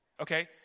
Okay